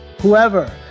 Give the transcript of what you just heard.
whoever